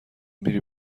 میری